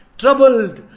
troubled